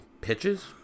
pitches